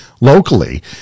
locally